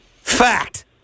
Fact